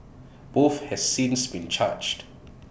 both have since been charged